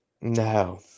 no